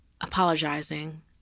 Apologizing